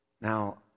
Now